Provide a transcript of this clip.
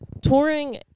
touring